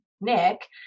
Nick